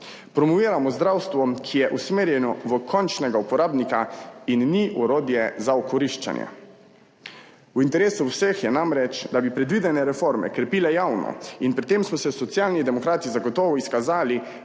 promoviramo zdravstvo, ki je usmerjeno v končnega uporabnika in ni orodje za okoriščanje. V interesu vseh je namreč, da bi predvidene reforme krepile javno, in pri tem smo se Socialni demokrati zagotovo izkazali